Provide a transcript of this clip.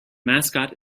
mascot